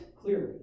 clearly